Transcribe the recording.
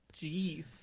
Jeez